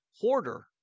hoarder